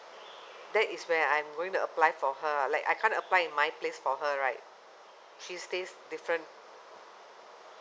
that is where I'm going to apply for her lah like I can't apply in my place for her right she stays different